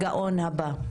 הגאון הבא.